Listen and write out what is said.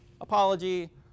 apology